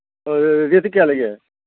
ꯔꯦꯠꯀꯤ ꯀꯌꯥ ꯂꯩꯒꯦ